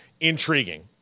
intriguing